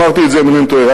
אם אינני טועה,